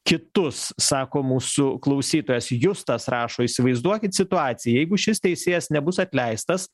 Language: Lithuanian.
kitus sako mūsų klausytojas justas rašo įsivaizduokit situaciją jeigu šis teisėjas nebus atleistas